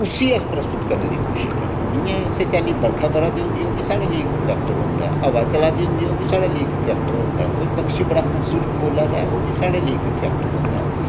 उसी अस प्रस्तुत करने दी कोशिश करने आं इ'यां इस्सै चाल्ली बर्खा बरा दी होंदी ऐ ओह् बी साढ़े लेई इक करैक्टर होंदा ऐ हवा चला दी होंदी ऐ ओह् बी साढ़े लेई इक करैक्टर होंदा ऐ कोई पक्षी बड़ा खूबसूरत बोल्ला दा ऐ ओह् बी साढ़े लेई इक करैक्टर होंदा ऐ